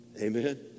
Amen